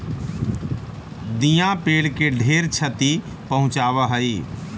दियाँ पेड़ के ढेर छति पहुंचाब हई